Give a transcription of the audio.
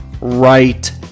right